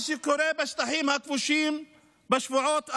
מה שקורה בשטחים הכבושים בשבועות האחרונים,